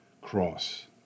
cross